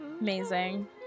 amazing